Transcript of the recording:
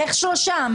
הצבעה לא אושרו.